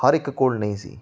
ਹਰ ਇੱਕ ਕੋਲ ਨਹੀਂ ਸੀ